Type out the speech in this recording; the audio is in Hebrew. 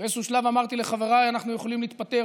באיזשהו שלב אמרתי לחבריי: אנחנו יכולים להתפטר,